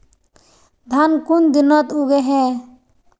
धान कुन दिनोत उगैहे